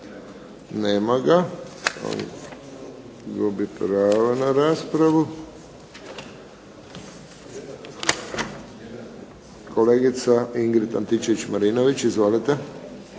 Nema ga, gubi pravo na raspravu. Kolegica Ingrid Antičević-Marinović, izvolite.